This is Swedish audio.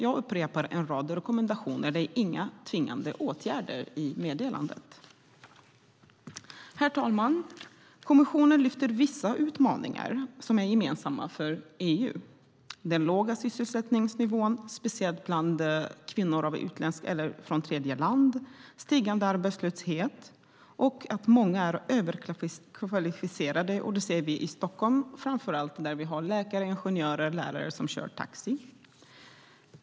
Det är alltså inga tvingande åtgärder i meddelandet. Herr talman! Kommissionen lyfter upp vissa utmaningar som är gemensamma för EU. Det gäller den låga sysselsättningsnivån, speciellt bland kvinnor från tredjeland, stigande arbetslöshet och att många är överkvalificerade. I Sverige ser vi det framför allt i Stockholm där vi har läkare, ingenjörer och lärare som kör taxi.